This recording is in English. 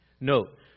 Note